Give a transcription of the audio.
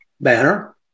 Banner